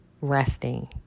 resting